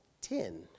ten